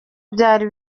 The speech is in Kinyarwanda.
byari